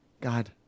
God